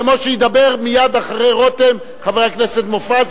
כמו שידבר מייד אחרי רותם חבר הכנסת מופז,